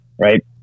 right